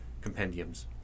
compendiums